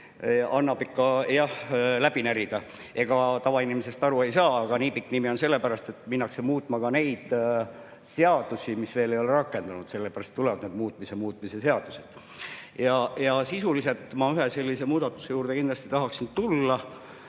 Annab ikka jah läbi närida. Ega tavainimene sellest aru ei saa. Aga nii pikk nimi on sellepärast, et minnakse muutma ka neid seadusi, mis veel ei ole rakendunud. Sellepärast tulevad need muutmise muutmise seadused. Ja sisuliselt ma ühe sellise muudatuse juurde kindlasti tahaksin tulla.